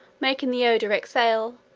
making the odour exhale,